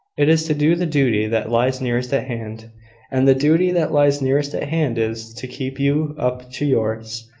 it is to do the duty that lies nearest at hand and the duty that lies nearest at hand is, to keep you up to yours.